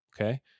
Okay